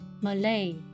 Malay